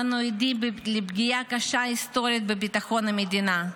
אנו עדים לפגיעה קשה, היסטורית, בביטחון המדינה,